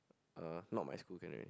uh not my school can already